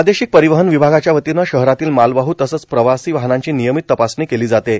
प्रादेशिक परिवहन विभागाच्या वतीने शहरातील मालवाह् तसेच प्रवासी वाहनांची नियमित तपासणी केली जाते